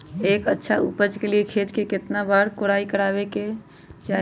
एक अच्छा उपज के लिए खेत के केतना बार कओराई करबआबे के चाहि?